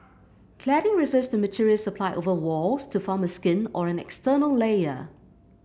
cladding refers to materials applied over walls to form a skin or an external layer